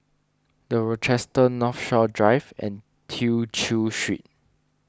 the Rochester Northshore Drive and Tew Chew Street